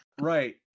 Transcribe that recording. Right